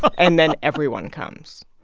but and then everyone comes.